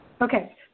Okay